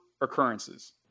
occurrences